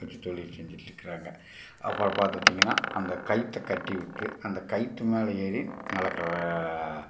வச்சு தொழில் செஞ்சிகிட்ருக்கறாங்க அப்புறம் பார்த்துட்டீங்கன்னா அந்த கயிற்றை கட்டி விட்டு அந்தக் கயிற்று மேலே ஏறி நடக்கிற